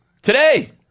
Today